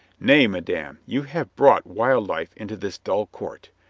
nay, madame, you have brought wild life into this dull court.